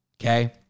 okay